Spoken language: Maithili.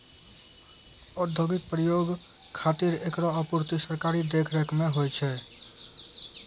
औद्योगिक प्रयोग खातिर एकरो आपूर्ति सरकारी देखरेख म होय छै